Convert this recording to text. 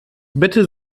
bitte